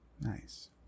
Nice